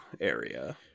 area